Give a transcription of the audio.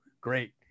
great